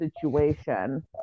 situation